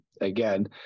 again